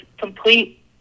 complete